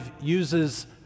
uses